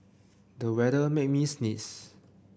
the weather made me sneeze